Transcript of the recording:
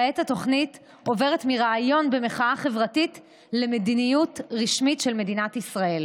כעת התוכנית עוברת מרעיון במחאה חברתית למדיניות רשמית של מדינת ישראל.